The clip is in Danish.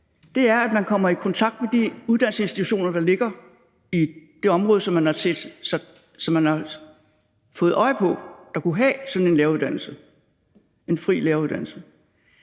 sig, er, at man kommer i kontakt med de uddannelsesinstitutioner, der ligger i det område, som man har fået øje på kunne have sådan en fri læreruddannelse,